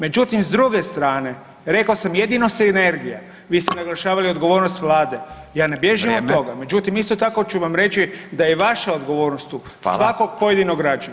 Međutim s druge strane rekao sam jedino sinergija, vi ste naglašavali odgovornost Vlade [[Upadica Radin: vrijeme.]] ja ne bježim od toga, međutim isto tako ću vam reći da je vaša odgovornost tu, svakog pojedinog građanina.